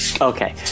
Okay